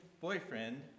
boyfriend